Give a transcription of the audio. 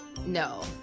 No